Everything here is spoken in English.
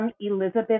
Elizabeth